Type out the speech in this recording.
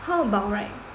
how about right